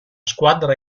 squadra